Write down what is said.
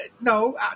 no